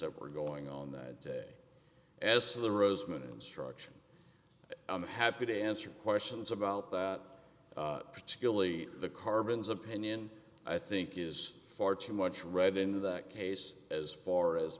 that were going on that day as to the roseman instruction i'm happy to answer questions about that particularly the carbons opinion i think is far too much read into that case as far as